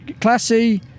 Classy